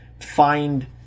find